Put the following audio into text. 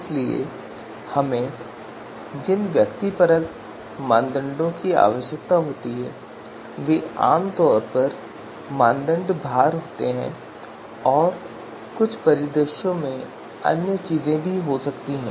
इसलिए हमें जिन व्यक्तिपरक मापदंडों की आवश्यकता होती है वे आम तौर पर मानदंड भार होते हैं और कुछ परिदृश्यों में अन्य चीजें भी हो सकती हैं